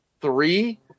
three